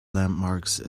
landmarks